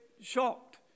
shocked